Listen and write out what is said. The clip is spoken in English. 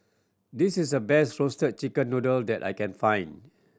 this is the best Roasted Chicken Noodle that I can find